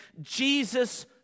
Jesus